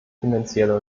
finanzielle